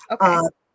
Okay